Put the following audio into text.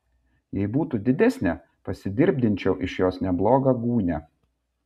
jei būtų didesnė pasidirbdinčiau iš jos neblogą gūnią